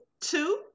Two